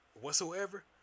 whatsoever